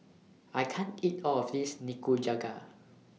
I can't eat All of This Nikujaga